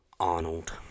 Arnold